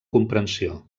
comprensió